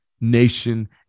nation